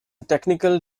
technical